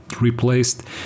replaced